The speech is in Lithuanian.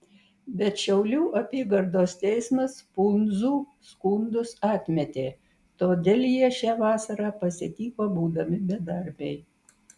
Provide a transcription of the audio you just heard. bet šiaulių apygardos teismas pundzų skundus atmetė todėl jie šią vasarą pasitiko būdami bedarbiai